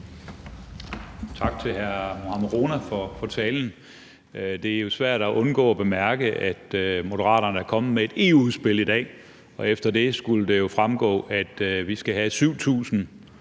Tak til hr. Mohammad Rona for talen. Det er jo svært at undgå at bemærke, at Moderaterne er kommet med et EU-udspil i dag. Af det fremgår det, at vi skal have 7.000